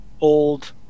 old